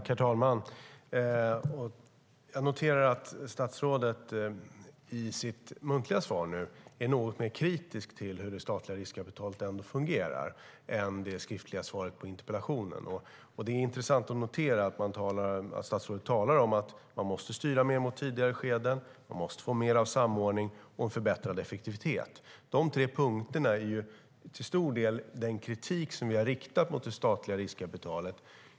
Herr talman! Jag noterar att statsrådet i sitt muntliga svar på interpellationen är något mer kritisk till hur det statliga riskkapitalet fungerar än hon var i det skriftliga svaret. Det är intressant att notera att statsrådet talar om att man måste styra mer mot tidigare skeden, få mer av samordning och få en förbättrad effektivitet. De tre punkterna är till stor del den kritik vi har riktat mot det statliga riskkapitalet.